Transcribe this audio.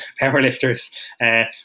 powerlifters